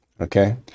Okay